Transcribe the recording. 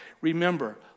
remember